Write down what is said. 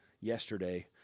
yesterday